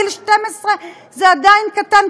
גיל 12 זה עדיין קטן,